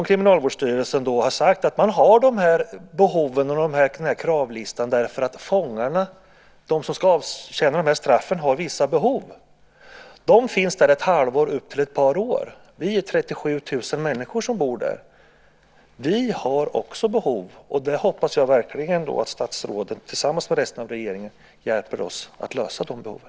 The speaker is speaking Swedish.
Kriminalvårdsstyrelsen har sagt att kravlistan finns därför att fångarna, de som ska avtjäna straffen, har vissa behov. De finns där från ett halvår upp till ett par år. Vi är 37 000 människor som bor där. Vi har också behov. Jag hoppas verkligen att statsrådet tillsammans med resten av regeringen hjälper oss att lösa de behoven.